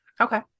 Okay